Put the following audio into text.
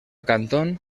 canton